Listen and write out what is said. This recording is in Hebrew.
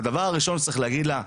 הדבר הראשון שצריך להגיד לה,